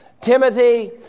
Timothy